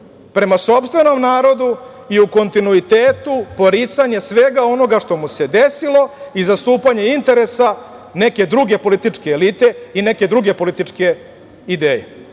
prema sopstvenom narodu i u kontinuitetu poricanje svega onoga što mu se desilo i zastupanje interesa neke druge političke elite i neke druge političke ideje.